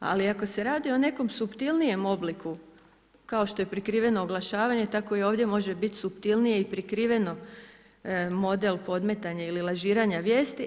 Ali ako se radi o nekom suptilnijem obliku kao što je prikriveno oglašavanje, tako i ovdje može biti suptilnije i prikriveno model podmetanja ili lažiranja vijesti.